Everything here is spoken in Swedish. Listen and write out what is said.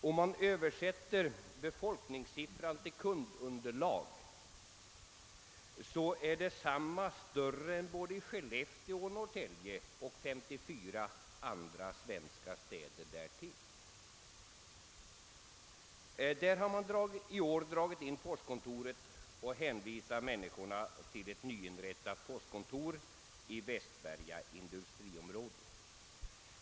Om man översätter befolkningssiffran till kundunderlag så är det större än både i Skellefteå och Norrtälje och i 54 andra svenska städer. I Midsommarkransen har man i år dragit in postkontoret och hänvisar människorna till ett nyinrättat postkontor i Västberga industriområde.